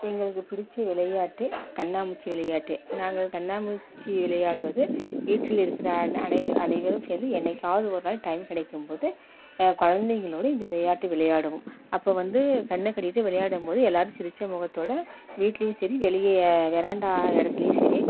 எங்களுக்கு பிடிச்ச விளையாட்டு கண்ணாம்மூச்சி விளையாட்டு நாங்கள் கண்ணாம்மூச்சி விளையாடுவது வீட்டில் இருக்கிற அனைவரும் சேர்ந்து என்னைக்காவது ஒரு நாள் டைம் கிடைக்கும்போது குழந்தைங்களோடு இந்த விளையாட்டு விளையாடணும் அப்போ வந்து கண்ணக் கட்டிக்கிட்டு விளையாடும்போது எல்லோரும் சிரித்த முகத்தோடு வீட்லேயும் சரி வெளியே வராண்டா இடத்துலயும் சரி